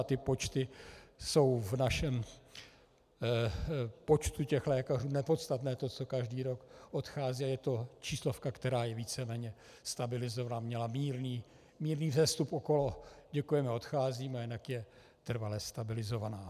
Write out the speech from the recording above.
Ty počty jsou v počtu našich lékařů nepodstatné, to, co každý rok odchází, je to číslovka, která je víceméně stabilizovaná, měla mírný vzestup okolo Děkujeme, odcházíme, jinak je trvale stabilizovaná.